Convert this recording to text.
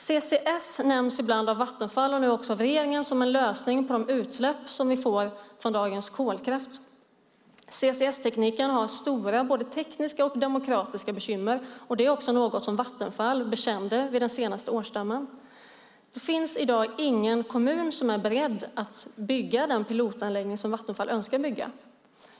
CCS nämns ibland av Vattenfall, och nu också av regeringen, som en lösning på de utsläpp som vi får från dagens kolkraft. CCS-tekniken har stora både tekniska och demokratiska bekymmer. Det är också något som Vattenfall bekände vid den senaste årsstämman. Det finns i dag ingen kommun som är beredd att bygga den pilotanläggning som Vattenfall önskar bygga.